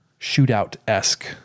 shootout-esque